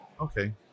Okay